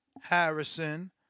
Harrison